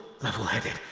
level-headed